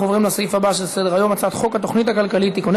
אנחנו עוברים לסעיף הבא שעל סדר-היום: הצעת חוק התוכנית הכלכלית (תיקוני